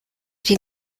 die